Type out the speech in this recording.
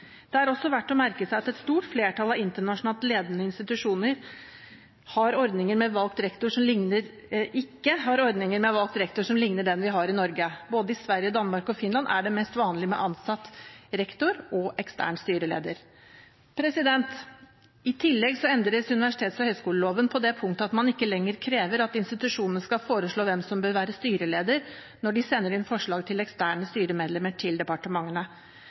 Det er også verdt å merke seg at et stort flertall av internasjonalt ledende institusjoner ikke har ordninger med valgt rektor som ligner den vi har i Norge. I både Sverige, Danmark og Finland er det mest vanlig med ansatt rektor og ekstern styreleder. I tillegg endres universitets- og høyskoleloven på det punkt at man ikke lenger krever at institusjonene skal foreslå hvem som bør være styreleder, når de sender inn forslag til eksterne styremedlemmer til departementene.